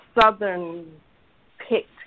southern-picked